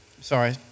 Sorry